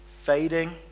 fading